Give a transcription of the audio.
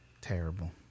terrible